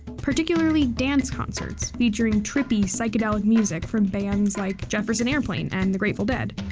particularly dance concerts, featuring trippy, psychedelic music from bands like jefferson airplane and the grateful dead.